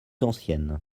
ancienne